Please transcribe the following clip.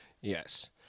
Yes